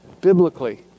biblically